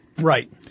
right